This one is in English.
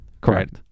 Correct